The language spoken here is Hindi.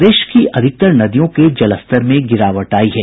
प्रदेश की अधिकतर नदियों के जलस्तर में गिरावट आयी है